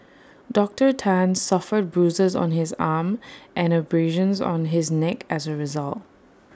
Doctor Tan suffered bruises on his arm and abrasions on his neck as A result